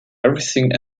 everything